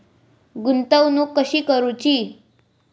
गुंतवणूक कशी करूची?